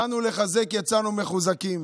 באנו לחזק, יצאנו מחוזקים.